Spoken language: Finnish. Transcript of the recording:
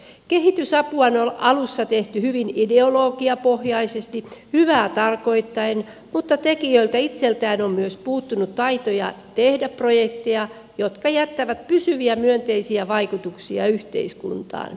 kehitysapua on alussa tehty hyvin ideologiapohjaisesti hyvää tarkoittaen mutta tekijöiltä itseltään on myös puuttunut taitoja tehdä projekteja jotka jättävät pysyviä myönteisiä vaikutuksia yhteiskuntaan